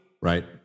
Right